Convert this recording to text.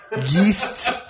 Yeast